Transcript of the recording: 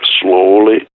slowly